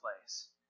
place